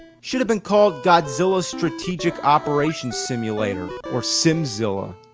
should have been called godzilla strategic operations simulator' or simzilla.